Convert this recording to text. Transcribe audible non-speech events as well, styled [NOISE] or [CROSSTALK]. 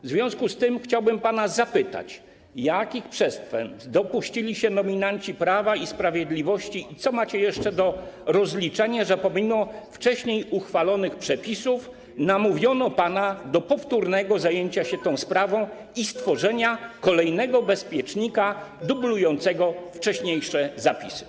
W związku z tym chciałbym pana zapytać, jakich przestępstw dopuścili się nominaci Prawa i Sprawiedliwości i co macie jeszcze do rozliczenia, że pomimo wcześniej uchwalonych przepisów namówiono pana do powtórnego zajęcia się tą sprawą [NOISE] i stworzenia kolejnego bezpiecznika dublującego wcześniejsze zapisy.